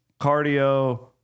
cardio